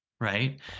right